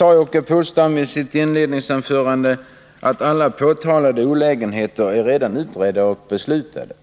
Åke Polstam sade i sitt inledningsanförande att alla påtalade olägenheter redan är utredda och åtgärder beslutade.